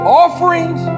offerings